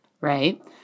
Right